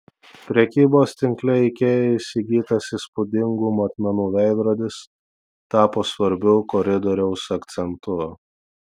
prekybos tinkle ikea įsigytas įspūdingų matmenų veidrodis tapo svarbiu koridoriaus akcentu